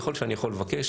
ככל שאני יכול לבקש,